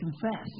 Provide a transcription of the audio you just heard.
confess